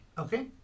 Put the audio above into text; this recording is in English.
Okay